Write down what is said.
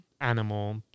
animal